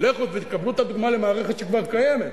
לכו תקבלו את הדוגמה ממערכת שכבר קיימת,